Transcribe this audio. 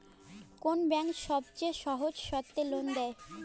কোন ব্যাংক সবচেয়ে সহজ শর্তে লোন দেয়?